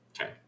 Okay